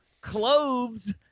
clothes